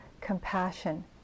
compassion